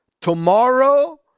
tomorrow